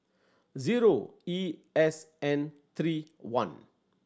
zero E S N three one